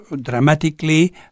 dramatically